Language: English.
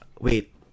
Wait